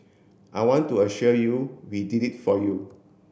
I want to assure you we did it for you